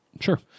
Sure